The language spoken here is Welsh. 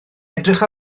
edrych